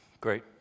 Great